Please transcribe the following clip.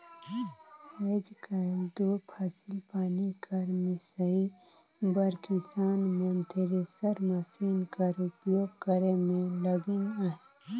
आएज काएल दो फसिल पानी कर मिसई बर किसान मन थेरेसर मसीन कर उपियोग करे मे लगिन अहे